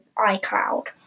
iCloud